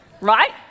Right